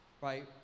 right